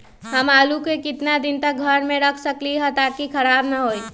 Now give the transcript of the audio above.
हम आलु को कितना दिन तक घर मे रख सकली ह ताकि खराब न होई?